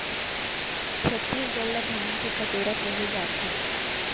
छत्तीसगढ़ ल धान के कटोरा कहे जाथे